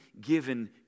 given